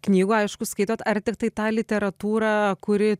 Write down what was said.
knygų aišku skaitot ar tiktai tą literatūrą kuri